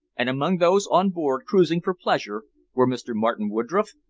and among those on board cruising for pleasure were mr. martin woodroffe,